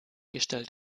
gestellt